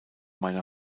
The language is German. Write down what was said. meiner